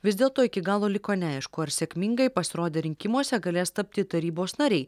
vis dėlto iki galo liko neaišku ar sėkmingai pasirodė rinkimuose galės tapti tarybos nariai